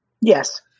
Yes